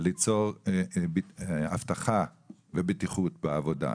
ליצור אבטחה ובטיחות בעבודה.